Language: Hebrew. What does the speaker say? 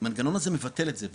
המנגנון הזה מבטל את זה,